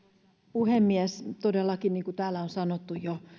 puhemies todellakin niin kuin täällä on sanottu jo